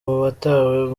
batawe